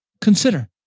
Consider